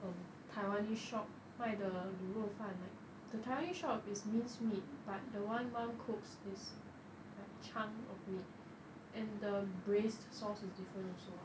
um taiwanese shop 卖的卤肉饭 like the taiwanese shop is minced meat but the one mum cooks is like chunk of meat and the braised sauce is different also